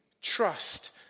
trust